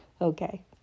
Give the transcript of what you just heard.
Okay